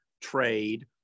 trade